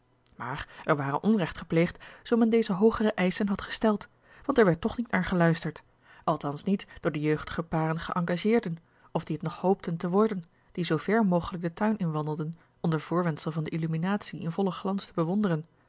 maar er ware onrecht gepleegd zoo men deze hoogere eischen had gesteld want er werd toch niet naar geluisterd althans niet door de jeugdige paren geëngageerden of die het nog hoopten te worden die zoo ver mogelijk den tuin inwandelden onder voorwendsel van de illuminatie in vollen glans te bewonderen